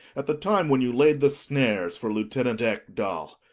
at the time when you laid the snares for lieu tenant ekdal.